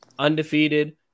Undefeated